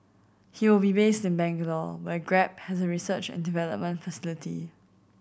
he will be based in Bangalore where Grab has research and development facility